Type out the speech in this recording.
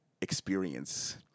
experience